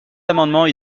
amendements